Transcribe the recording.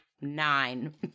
Nine